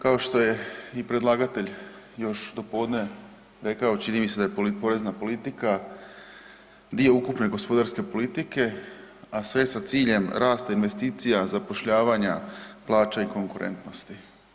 Kao što je i predlagatelj još dopodne rekao čini mi se da je porena politika dio ukupne gospodarske politike, a sve sa ciljem rasta investicija, zapošljavanja, plaća i konkurentnosti.